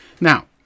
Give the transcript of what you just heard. Now